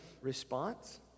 response